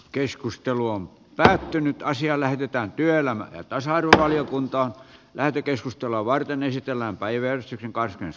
keskustelu on päättynyt asia lähetetään kenttämiehiä ja saadut valiokuntaan lähetekeskustelua varten esitellään kaiversi naisia